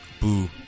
boo